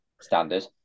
standard